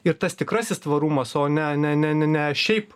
ir tas tikrasis tvarumas o ne ne ne ne ne šiaip